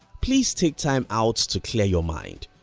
please take time out to clear your mind.